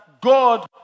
God